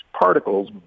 particles